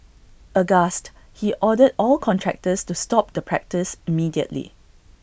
aghast he ordered all contractors to stop the practice immediately